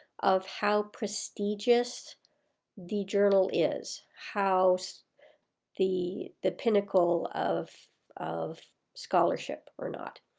of how prestigious the journal is, how so the the pinnacle of of scholarship or not.